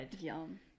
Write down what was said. Yum